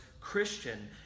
Christian